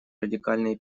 радикальные